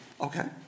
Okay